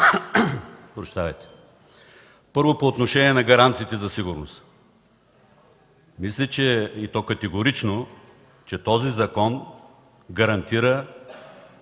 неща. Първо, по отношение на гаранциите за сигурност. Мисля и то категорично, че този закон гарантира